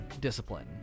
discipline